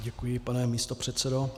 Děkuji, pane místopředsedo.